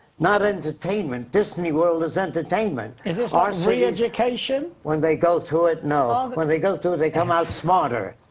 not entertainment, disney world is entertainment. is this ah reeducation? when they go to it, no. when they go to, they come out smarter,